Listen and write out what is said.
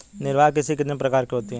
निर्वाह कृषि कितने प्रकार की होती हैं?